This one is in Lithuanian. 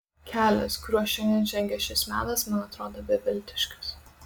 kelias kuriuo šiandien žengia šis menas man atrodo beviltiškas